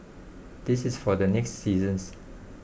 this is for the next seasons